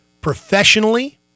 professionally